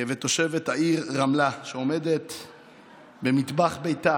תושבת העיר רמלה, עמדה במטבח ביתה